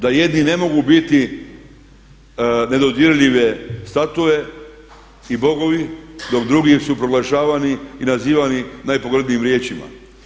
Da jedni ne mogu biti nedodirljive statue i bogovi dok drugi su proglašavani i nazivani najpogrdnijim riječima.